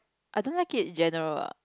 I don't like it in general ah